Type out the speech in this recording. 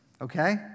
okay